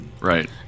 Right